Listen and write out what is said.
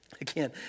Again